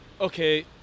okay